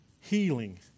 healing